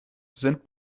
sind